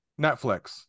Netflix